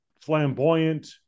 flamboyant